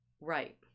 Right